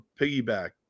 Piggyback